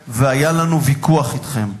הלוואי שהיה לנו ויכוח אתכם.